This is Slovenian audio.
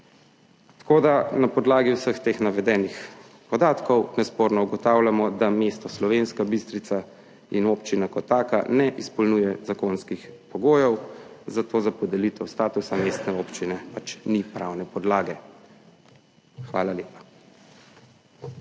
premalo. Na podlagi vseh teh navedenih podatkov nesporno ugotavljamo, da mesto Slovenska Bistrica in občina kot taka ne izpolnjujeta zakonskih pogojev, zato za podelitev statusa mestne občine pač ni pravne podlage. Hvala lepa.